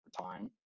time